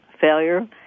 failure